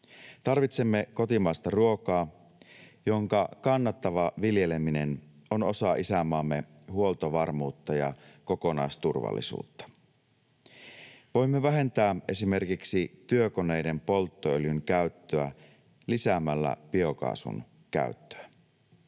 Tarvitsemme kotimaista ruokaa, jonka kannattava viljeleminen on osa isänmaamme huoltovarmuutta ja kokonaisturvallisuutta. Voimme vähentää esimerkiksi työkoneiden polttoöljyn käyttöä lisäämällä biokaasun käyttöä.